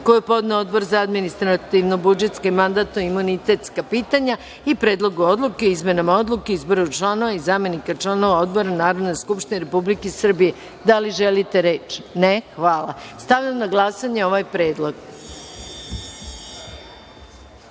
je podneo Odbor za administrativno-budžetska i mandatno-imunitetska pitanja i Predlogu odluke o izmenama Odluke o izboru članova i zamenika članova odbora Narodne skupštine Republike Srbije. Da li želite reč? (Ne)Hvala. Stavljam na glasanje ovaj